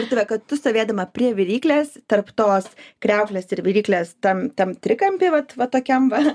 virtuvė kad tu stovėdama prie viryklės tarp tos kriauklės ir viryklės tam tam trikampy vat va tokiam va